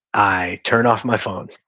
i turn off my phone,